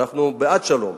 ואנחנו בעד שלום,